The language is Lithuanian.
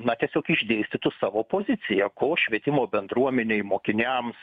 na tiesiog išdėstytų savo poziciją ko švietimo bendruomenei mokiniams